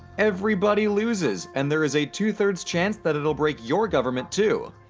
everybody loses, and there is a two-thirds chance that it'll break your government too!